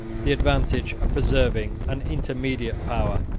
the advantage of preserving an intermediate power,